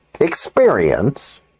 Experience